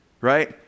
Right